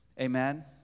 Amen